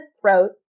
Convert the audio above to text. throat